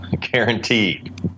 guaranteed